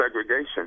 segregation